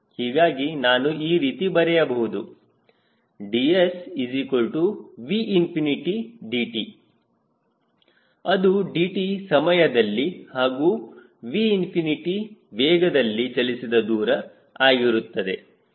ಹೀಗಾಗಿ ನಾನು ಈ ರೀತಿ ಬರೆಯಬಹುದು dSVdt ಅದು dt ಸಮಯದಲ್ಲಿ ಹಾಗೂ 𝑉ꝏ ವೇಗದಲ್ಲಿ ಚಲಿಸಿದ ದೂರ ಆಗಿರುತ್ತದೆ